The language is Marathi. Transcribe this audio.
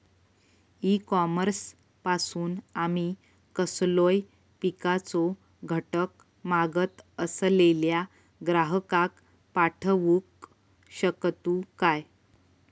ई कॉमर्स पासून आमी कसलोय पिकाचो घटक मागत असलेल्या ग्राहकाक पाठउक शकतू काय?